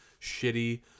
shitty